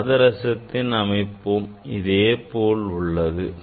பாதரசத்தின் அமைப்பும் இதே போல் உள்ளது